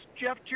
Jeff